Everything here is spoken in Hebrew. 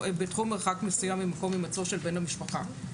מרחק מסוים ממקום הימצאו של בן המשפחה.